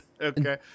okay